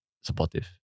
supportive